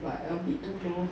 but a bit too low